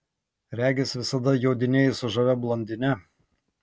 regis visada jodinėji su žavia blondine